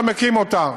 אתה מקים אותה,